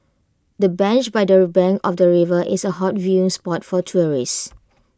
the bench by their bank of the river is A hot viewing spot for tourists